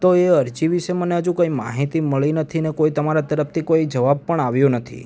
તો એ અરજી વિષે મને હજુ કંઈ માહિતી મળી નથી ને કોઈ તમારા તરફથી કોઈ જવાબ પણ આવ્યો નથી